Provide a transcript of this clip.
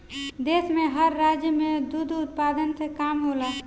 देश में हर राज्य में दुध उत्पादन के काम होला